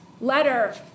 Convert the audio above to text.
letter